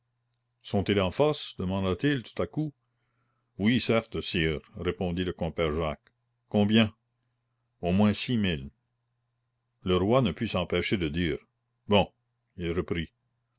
sont-ils en force demanda-t-il tout à coup oui certes sire répondit le compère jacques combien au moins six mille le roi ne put s'empêcher de dire bon il reprit